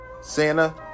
Santa